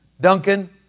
Duncan